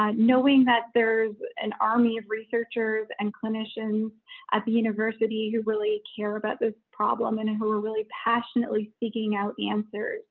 um knowing that there's an army of researchers and clinicians at the university who really care about this problem and and who were really passionately seeking out answers